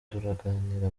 turaganira